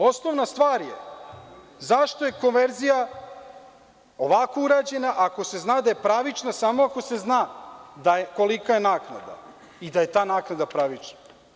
Osnovna stvar je zašto je konverzija ovako urađena ako se zna da je pravična, samo ako se zna kolika je naknada i da je ta naknada pravična.